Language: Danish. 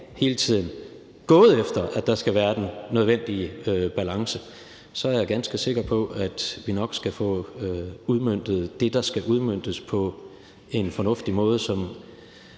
hele tiden gået efter, altså at der skal være den nødvendige balance – så er jeg ganske sikker på, at vi nok skal få udmøntet det, der skal udmøntes, på en fornuftig måde, hvor